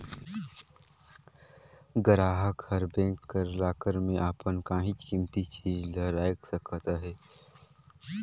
गराहक हर बेंक कर लाकर में अपन काहींच कीमती चीज ल राएख सकत अहे